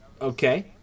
Okay